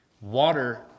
Water